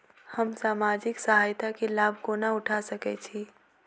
हम सामाजिक सहायता केँ लाभ कोना उठा सकै छी?